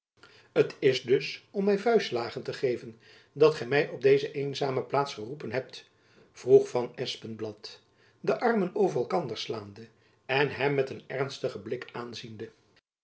t is dus om my vuistslagen te geven dat gy my op deze eenzame plaats geroepen hebt vroeg van espenblad de armen over elkander slaande en hem met een ernstigen blik aanziende